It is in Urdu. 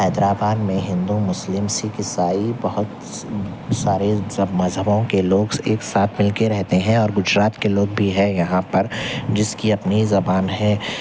حیدر آباد میں ہندو مسلم سکھ عیسائی بہت سارے مذہبوں کے لوگ ایک ساتھ مل کے رہتے ہیں اور گجرات کے لوگ بھی ہے یہاں پر جس کی اپنی زبان ہے